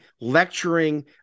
lecturing